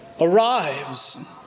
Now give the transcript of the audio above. arrives